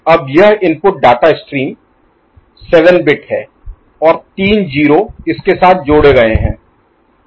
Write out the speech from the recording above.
अब यह input data stream 7 bit है और तीन 0 इसके साथ जोड़े गए हैं